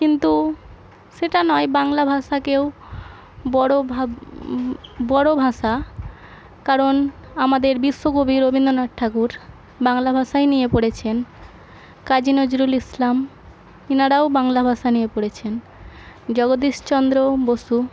কিন্তু সেটা নয় বাংলা ভাষাকেই বড়ো ভাব বড়ো ভাষা কারণ আমাদের বিশ্বকবি রবীন্দ্রনাথ ঠাকুর বাংলা ভাষাই নিয়ে পড়েছেন কাজী নজরুল ইসলাম এনারাও বাংলা ভাষা নিয়ে পড়েছেন জগদীশচন্দ্র বসু